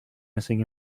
missing